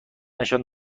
نشان